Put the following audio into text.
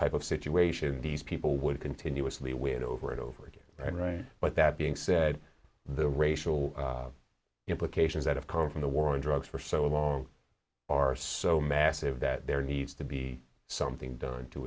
type of situation these people would continuously we had over and over again and right but that being said the racial implications that have come from the war on drugs for so long are so massive that there needs to be something done to